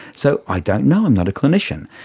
so i don't know, i'm not a clinician.